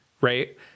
right